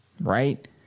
right